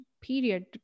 period